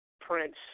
Prince